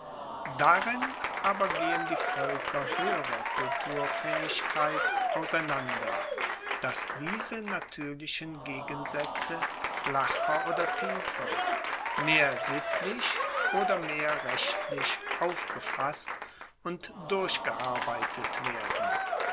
darin aber gehen die voelker hoeherer kulturfaehigkeit auseinander dass diese natuerlichen gegensaetze flacher oder tiefer mehr sittlich oder mehr rechtlich aufgefasst und durchgearbeitet werden